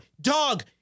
Dog